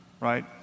right